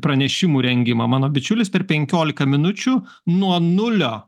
pranešimų rengimą mano bičiulis per penkiolika minučių nuo nulio